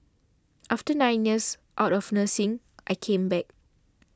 after nine years out of nursing I came back